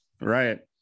right